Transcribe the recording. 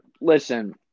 Listen